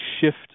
shift